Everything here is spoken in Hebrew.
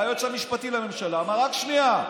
בא היועץ המשפטי לממשלה ואמר: רק שנייה,